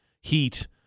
heat